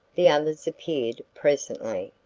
the others appeared presently.